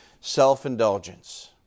self-indulgence